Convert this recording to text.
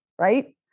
right